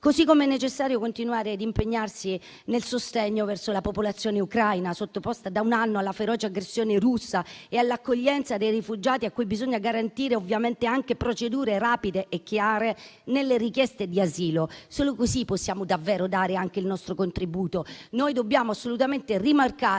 modo, è necessario continuare ad impegnarsi nel sostegno verso la popolazione ucraina, sottoposta da un anno alla feroce aggressione russa e all'accoglienza dei rifugiati, a cui bisogna garantire ovviamente anche procedure rapide e chiare nelle richieste di asilo. Solo così possiamo davvero dare anche il nostro contributo.